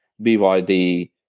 BYD